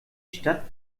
stadt